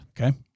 Okay